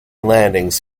landings